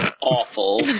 awful